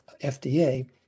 FDA